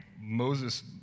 Moses